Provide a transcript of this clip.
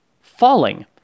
falling